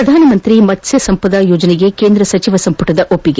ಪ್ರಧಾನಮಂತ್ರಿ ಮತ್ಸ್ನ ಸಂಪದ ಯೋಜನೆಗೆ ಕೇಂದ್ರ ಸಚಿವ ಸಂಪುಟದ ಒಪ್ಪಿಗೆ